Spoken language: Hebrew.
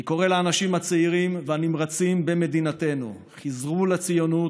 אני קורא לאנשים הצעירים והנמרצים במדינתנו: חזרו לציונות,